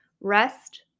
rest